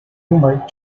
rumored